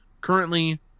currently